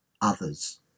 others